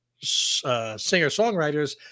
singer-songwriters